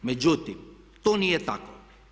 Međutim, to nije tako.